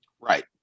Right